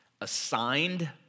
assigned